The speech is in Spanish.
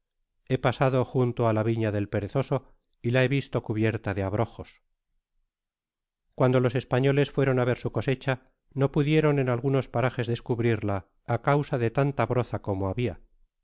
he pasado junto á la viña de perezoso y la he viste cubierta de abrojos cuando los españoles fueron á ver su cosecha no pudieron en algunos parajes descubrirla á causa de tanta broza como habia